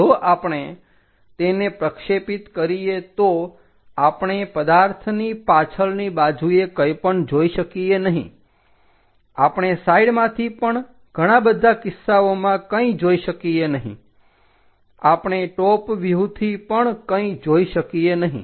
જો આપણે તેને પ્રક્ષેપિત કરીએ તો આપણે પદાર્થની પાછળની બાજુએ કંઈ પણ જોઈ શકીએ નહીં આપણે સાઇડમાંથી પણ ઘણા બધા કિસ્સાઓમાં કંઈ જોઈ શકીએ નહીં આપણે ટોપ વ્યુહથી પણ કંઇ જોઇ શકીએ નહીં